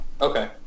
Okay